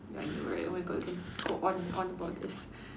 ya I know right oh my god I can go on and on about this